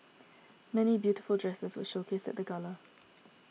many beautiful dresses were showcased at the gala